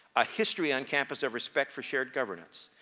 a history on campus of respect for shared governance.